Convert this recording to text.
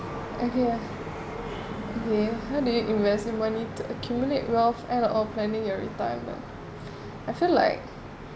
okay ya okay how do you invest money to accumulate wealth and all planning already time ah I feel like